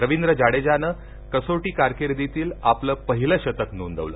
रवींद्र जाडेजानं कसोटी कारकिर्दीतील आपलं पहिलं शतक नोंदवलं